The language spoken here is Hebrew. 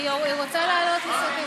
היא רוצה לעלות לסכם,